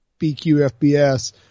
BQFBS